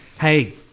Hey